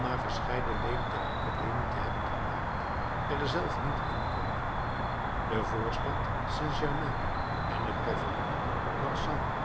na verscheiden leden der academie te hebben gemaakt er zelf niet inkomen de voorstad st germain en het paviljoen marsan